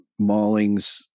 maulings